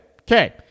Okay